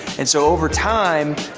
and so over time,